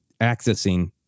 accessing